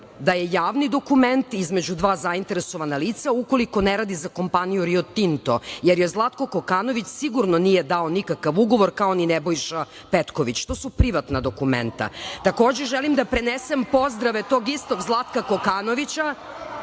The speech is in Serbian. da je javni dokument između dva zainteresovana lica ukoliko ne radi za kompaniju Rio Tinto, jer joj Zlatko Kokanović sigurno nije dao nikakav ugovor, kao ni Nebojša Petković? To su privatna dokumenta. Takođe, želim da prenesem pozdrave tog istog Zlatka Kokanovića.